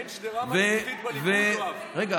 אין שדרה מנהיגותית בליכוד, יואב?